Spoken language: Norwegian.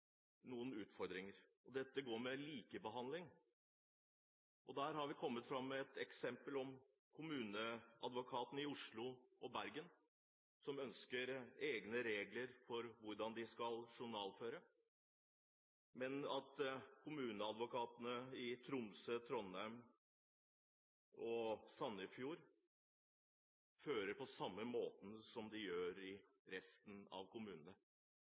dette dreier seg om likebehandling. Der har vi kommet med et eksempel som gjelder kommuneadvokatene i Oslo og Bergen, som ønsker egne regler for hvordan de skal journalføre, mens kommuneadvokatene i Tromsø, Trondheim og Sandefjord fører på samme måten som de ellers gjør i resten av kommunene.